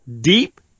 deep